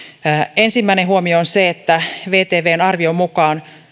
ensimmäinen huomio on se että vtvn arvion mukaan